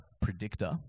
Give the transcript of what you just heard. predictor